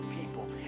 people